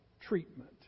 treatment